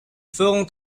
feront